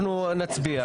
אנחנו נצביע,